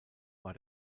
war